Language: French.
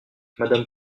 madame